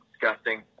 disgusting